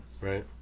Right